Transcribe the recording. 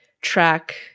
track –